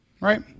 Right